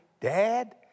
dad